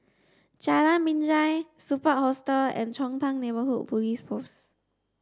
Jalan Binjai Superb Hostel and Chong Pang Neighbourhood Police Post